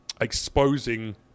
exposing